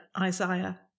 Isaiah